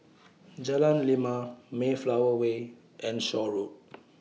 Jalan Lima Mayflower Way and Shaw Road